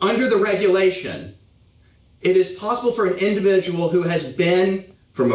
under the regulation it is possible for individual who hasn't been prom